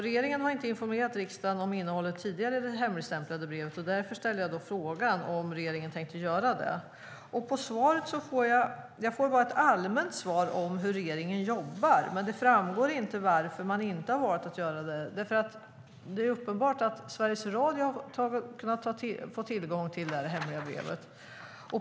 Regeringen har inte informerat riksdagen tidigare om innehållet i det hemligstämplade brevet. Därför ställde jag frågan om regeringen tänker göra det. Jag får bara ett allmänt svar om hur regeringen jobbar, men det framgår inte varför man har valt att inte göra det. Det är uppenbart att Sveriges Radio har fått tillgång till det hemliga brevet.